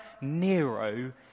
Nero